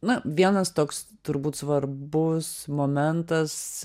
na vienas toks turbūt svarbus momentas